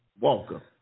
Walker